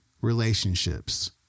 relationships